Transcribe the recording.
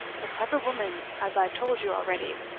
a clever woman, as i've told you already!